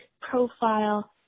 profile